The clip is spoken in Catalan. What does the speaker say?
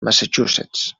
massachusetts